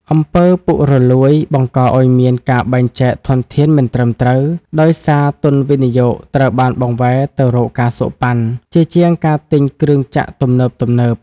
អំពើពុករលួយ បង្កឱ្យមានការបែងចែកធនធានមិនត្រឹមត្រូវ ដោយសារទុនវិនិយោគត្រូវបានបង្វែរទៅរកការសូកប៉ាន់ ជាជាងការទិញគ្រឿងចក្រទំនើបៗ។